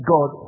God